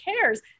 cares